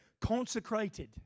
Consecrated